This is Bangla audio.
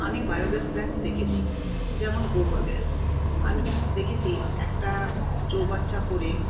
আমি বায়োগ্যাস প্ল্যান্ট দেখেছি যেমন গোবর গ্যাস আমি দেখেছি একটা চৌবাচ্চা করে